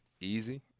easy